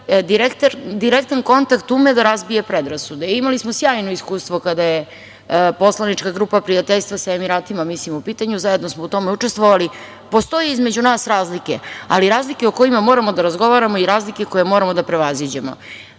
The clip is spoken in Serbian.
direktan kontakt ume da razbije predrasude. Imali smo sjajno iskustvo kada je Poslanička grupa prijateljstva sa Emiratima u pitanju, zajedno smo u tome učestvovali. Postoje između nas razlike, ali razlike o kojima moramo da razgovaramo i razlike koje moramo da prevaziđemo. Vraćam